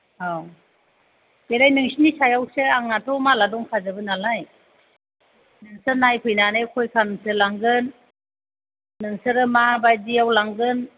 औ बेलाय नोंसोरनि सायावसो आंहाथ' मालआ दंखाजोबो नालाय नोंसोर नायफैनानै कैखानसो लांगोन नोंसोरो माबायदियाव लांगोन